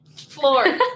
Floor